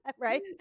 right